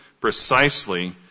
precisely